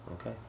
Okay